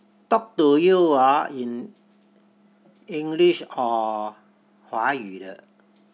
talk to you hor in english or 华语的